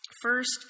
First